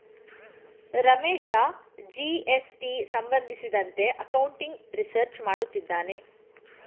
Ramesh GST ಸಂಬಂಧಿಸಿದಂತೆ accounting research ಮಾಡುತ್ತಿದ್ದಾನೆ